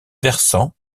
versant